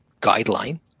guideline